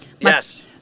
yes